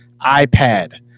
iPad